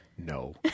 No